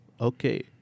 Okay